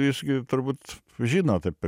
jūs gi turbūt žinot apie